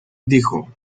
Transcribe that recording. dijo